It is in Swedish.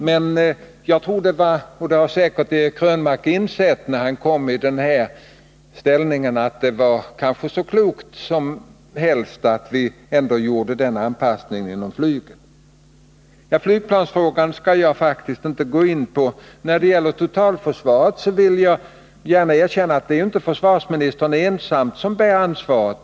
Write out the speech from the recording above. Men jag tror — och det har säkert Eric Krönmark i egenskap av försvarsminister också insett — att det ändå var klokt att vi gjorde den anpassningen inom flyget. Flygplansfrågan skall jag faktiskt inte nu gå in på. När det gäller totalförsvaret skall jag gärna erkänna att försvarsministern inte är ensam om att bära ansvaret.